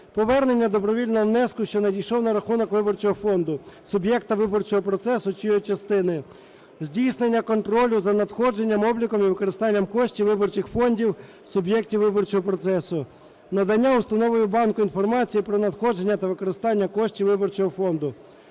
повернення добровільного внеску, що надійшов на рахунок виборчого фонду суб'єкта виборчого процесу, чи його частини; здійснення контролю за надходженням, обліком і використанням коштів виборчих фондів суб'єктів виборчого процесу; надання установою банку інформації про надходження та використання коштів виборчого фонду.